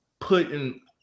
putting